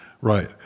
Right